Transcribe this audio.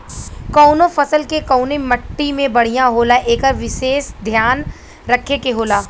कउनो फसल के कउने मट्टी में बढ़िया होला एकर विसेस धियान रखे के होला